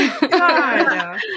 God